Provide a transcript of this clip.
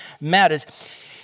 matters